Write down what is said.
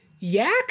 Yak